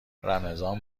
رمضان